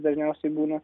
dažniausiai būna